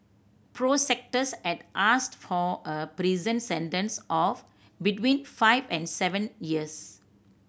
prosecutors had asked for a prison sentence of between five and seven years